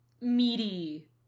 meaty